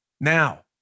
Now